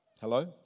Hello